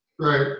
Right